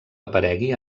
aparegui